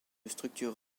structure